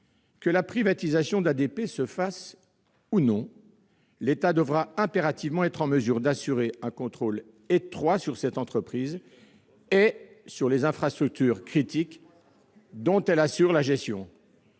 que la privatisation d'ADP se fasse ou non, l'État devra impérativement être en mesure d'assurer un contrôle étroit sur cette entreprise ... C'est indispensable !... et sur les infrastructures critiques dont elle assure la gestion.